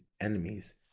enemies